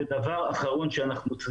זה דבר אחרון שאנחנו צריכים.